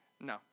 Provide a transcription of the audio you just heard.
no